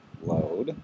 load